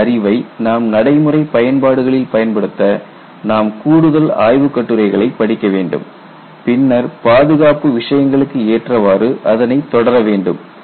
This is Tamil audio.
இந்த அறிவை நாம் நடைமுறை பயன்பாடுகளில் பயன்படுத்த நாம் கூடுதல் ஆய்வுக்கட்டுரைகளைப் படிக்க வேண்டும் பின்னர் பாதுகாப்பு விஷயங்களுக்கு ஏற்றவாறு அதனை தொடர வேண்டும்